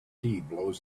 blows